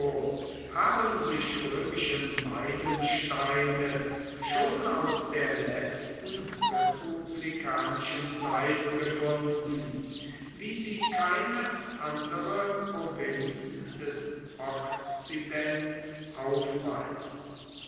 haben sich römische meilensteine schon aus der letzten republikanischen zeit gefunden wie sie keine andere provinz des okzidents aufweist